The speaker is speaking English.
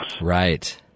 right